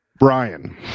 Brian